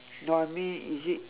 no I mean is it